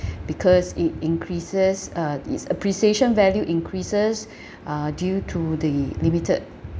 because it increases uh its appreciation value increases uh due to the limited